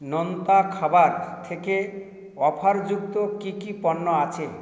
নোনতা খাবার থেকে অফার যুক্ত কী কী পণ্য আছে